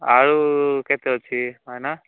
ଆଳୁ କେତେ ଅଛି ଭାଇନା